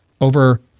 over